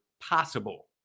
possible